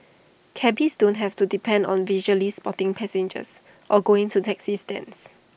cabbies don't have to depend on visually spotting passengers or going to taxi stands